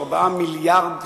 ו-4 מיליארדי שקלים,